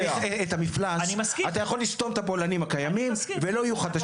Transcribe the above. המפלס אתה יכול לסתום את הבולענים הקיימים ולא יהיו חדשים.